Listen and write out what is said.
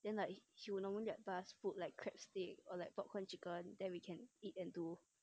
then like he will normally get us food like crab stick or popcorn chicken then we can eat and do